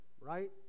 right